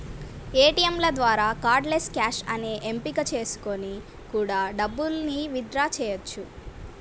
ఏటియంల ద్వారా cardless cash అనే ఎంపిక చేసుకొని కూడా డబ్బుల్ని విత్ డ్రా చెయ్యొచ్చు